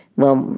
well,